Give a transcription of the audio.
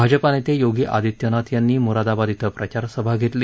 भाजपा नेते योगी आदित्यनाथ यांनी मुरादाबाद श्वं प्रचारसभा घेतली